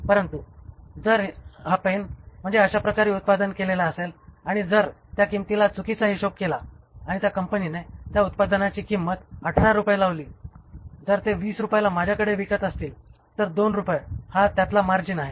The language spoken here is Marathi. परंतु जर ही पेन म्हणजे अशा प्रकारे उत्पादित केलेली असेल आणि जर त्या किंमतीचा चुकीचा हिशोब केला आणि कंपनीने या उत्पादनाची किंमत 18 रुपये लावली जर ते 20 रुपयांना माझ्याकडे विकत असतील तर 2 रूपये हा त्यातला मार्जिन आहे